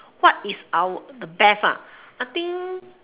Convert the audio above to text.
what is our the best ah I think